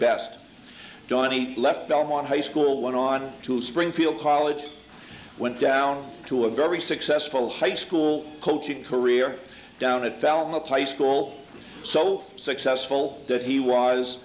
best donnie left belmont high school went on to springfield college went down to a very successful high school coaching career down and fell in the thai school so successful that he was